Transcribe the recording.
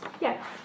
Yes